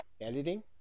editing